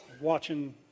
watching